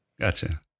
Gotcha